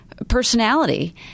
Personality